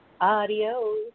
Adios